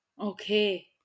Okay